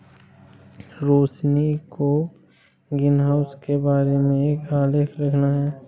रोशिनी को ग्रीनहाउस के बारे में एक आलेख लिखना है